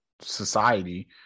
society